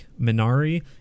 Minari